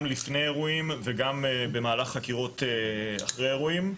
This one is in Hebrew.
גם לפני אירועים וגם במהלך חקירות אחרי אירועים,